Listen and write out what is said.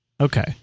Okay